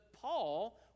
Paul